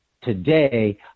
today